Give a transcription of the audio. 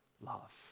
love